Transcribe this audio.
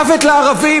"מוות לערבים",